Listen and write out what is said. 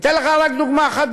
אני אתן לך רק דוגמה אחת,